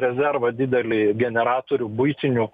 rezervą didelį generatorių buitinių